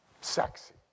sexy